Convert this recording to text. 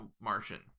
Martian